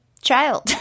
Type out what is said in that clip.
child